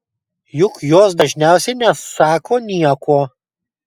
juk jos dažniausiai nesako nieko